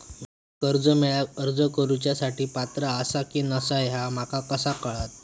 म्या कर्जा मेळाक अर्ज करुच्या साठी पात्र आसा की नसा ह्या माका कसा कळतल?